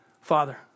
Father